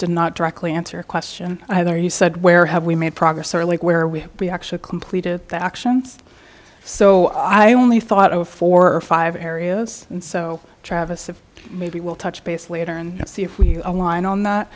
did not directly answer a question either you said where have we made progress or like where we actually completed the actions so i only thought of four or five areas and so travis that maybe we'll touch base later and see if we align on that